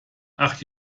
ach